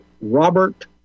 Robert